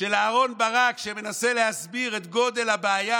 של אהרן ברק שמנסה להסביר את גודל הבעיה,